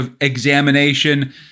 examination